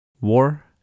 war